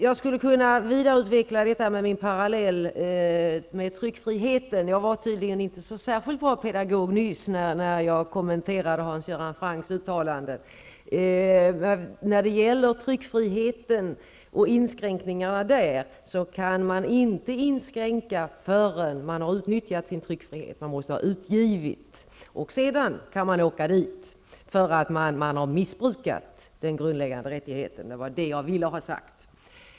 Jag skulle kunna vidareutveckla min parallell till tryckfriheten -- jag var tydligen inte så särskilt bra pedagog när jag kommenterade Hans Göran Francks uttalanden. Vi kan inte inskränka tryckfriheten för någon förrän vederbörande har utnyttjat sin tryckfrihet. Man måste ha utgivit någonting -- sedan kan man åka dit för att man har missbrukat den grundläggande rättigheten. Det var det jag ville ha sagt.